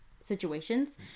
situations